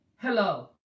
hello